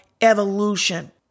evolution